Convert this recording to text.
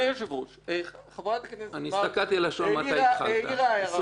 חברת הכנסת העירה הערה.